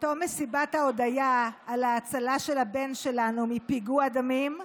בתום מסיבת ההודיה על ההצלה של הבן שלנו מפיגוע דמים,